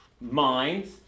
minds